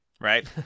Right